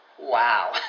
Wow